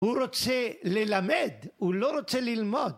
הוא רוצה ללמד, הוא לא רוצה ללמוד.